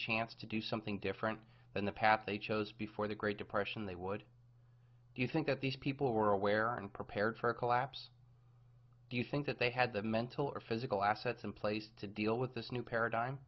chance to do something different than the path they chose before the great depression they would you think that these people were aware and prepared for a collapse do you think that they had the mental or physical assets in place to deal with this new paradigm